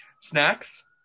Snacks